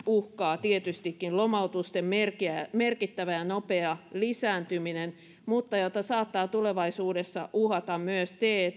uhkaa tietystikin lomautusten merkittävä ja nopea lisääntyminen mutta jota saattaa tulevaisuudessa uhata myös te